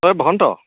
তই বসন্ত